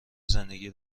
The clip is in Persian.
زندگی